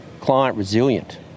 client-resilient